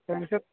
তাৰপিছত